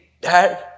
dad